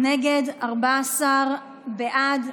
14 בעד.